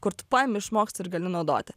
kur tu paimi išmoksti ir gali naudoti